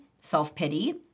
self-pity